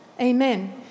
Amen